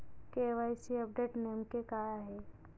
KYC update नेमके काय आहे?